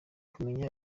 kumenya